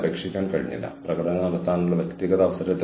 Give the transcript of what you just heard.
എന്തുകൊണ്ടെന്നാൽ രണ്ടും പ്രവർത്തിക്കാൻ ഗ്യാസ് വേണം